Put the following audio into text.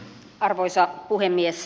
arvoisa puhemies